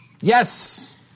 yes